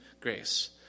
grace